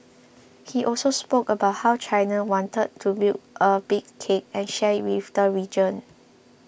he also spoke about how China wanted to build a big cake and share it with the region